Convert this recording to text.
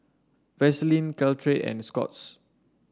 Vaselin Caltrate and Scott's